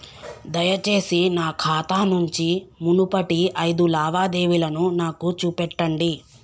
దయచేసి నా ఖాతా నుంచి మునుపటి ఐదు లావాదేవీలను నాకు చూపెట్టండి